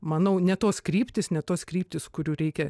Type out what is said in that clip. manau ne tos kryptys ne tos kryptys kurių reikia